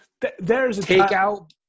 Takeout